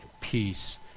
peace